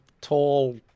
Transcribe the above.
tall